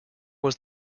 was